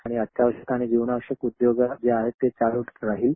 आणि अत्यावश्यक आणि जीवनावश्यक ज्या आहेत ते चालूच राहील